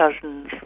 cousins